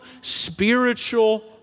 spiritual